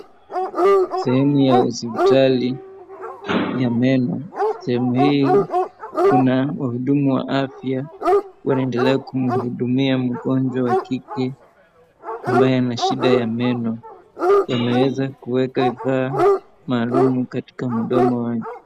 Sehemu ya hospitali ya meno. Sehemu hii kuna wahudumu wa afya, wanaendelea kumhudumia mgonjwa wa kike ambaye ana shida ya meno, wameeza kueka vifaa maalum katika mdomo wake.